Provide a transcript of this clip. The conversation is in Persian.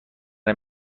این